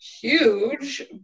huge